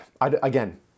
again